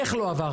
איך לא עברתי.